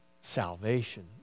salvation